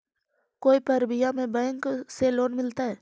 कोई परबिया में बैंक से लोन मिलतय?